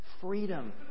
freedom